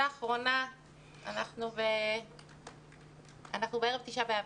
אנחנו בערב ט' באב.